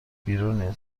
بیرونین